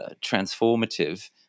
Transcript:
transformative